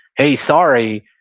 hey, sorry.